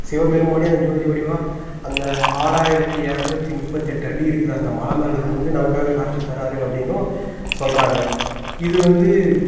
சிவபெருமானே அந்த ஜோதி வடிவமாக அந்த ஆறாயிரத்தி இரநூத்தி முப்பத்தெட்டு அடி இருக்கிற அந்த மலை மேலே வந்து நமக்காக காட்சி தரார் அப்படின்னும் சொல்கிறாங்க இது வந்து